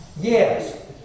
Yes